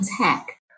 tech